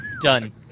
Done